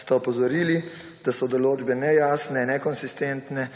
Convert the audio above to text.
sta opozorili, da so določbe nejasne, nekonsistentne,